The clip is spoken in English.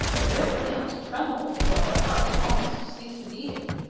their very limbs trembled, while their hearts almost ceased beating.